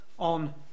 on